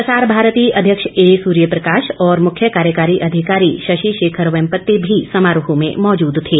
प्रसार भारती अध्यक्ष ए सुर्यप्रकाश और मुख्य कार्यकारी अधिकारी शशि शेखर वेम्पति भी समारोह में मौजूद थे